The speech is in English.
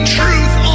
truth